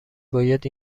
باید